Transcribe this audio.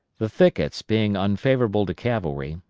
the thickets being unfavorable to cavalry,